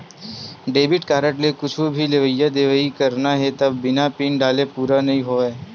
debit card ले कुछु भी लेवइ देवइ करना हे त बिना पिन डारे पूरा नइ होवय